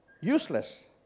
useless